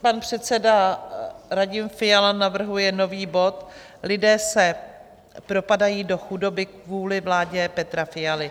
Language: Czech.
Pan předseda Radim Fiala navrhuje nový bod Lidé se propadají do chudoby kvůli vládě Petra Fialy.